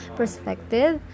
perspective